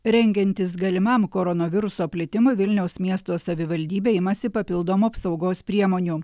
rengiantis galimam koronaviruso plitimui vilniaus miesto savivaldybė imasi papildomų apsaugos priemonių